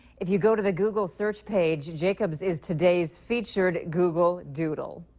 if you go to the google search page, jacobs is today's featured google doodle.